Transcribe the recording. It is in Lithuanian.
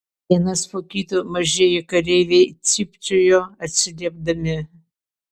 vienas po kito mažieji kareiviai cypčiojo atsiliepdami